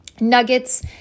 nuggets